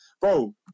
Bro